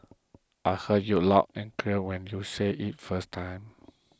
I heard you loud and clear when you said it first time